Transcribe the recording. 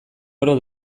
oro